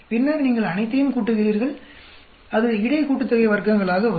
பின்னர் நீங்கள் அனைத்தையும் கூட்டுகிறீர்கள் அது இடை கூட்டுத்தொகை வர்க்கங்களாக வரும்